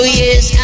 yes